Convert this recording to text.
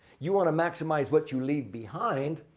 you want to maximize what you leave behind,